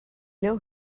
know